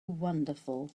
wonderful